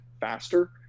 faster